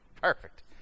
perfect